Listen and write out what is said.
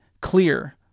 clear